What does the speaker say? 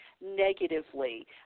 negatively